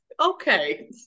Okay